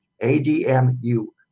A-D-M-U